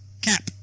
cap